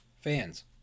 fans